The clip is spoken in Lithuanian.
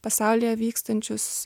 pasaulyje vykstančius